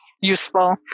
useful